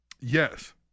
Yes